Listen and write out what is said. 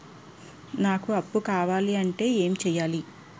నాకు అప్పు కావాలి అంటే ఎం చేయాలి?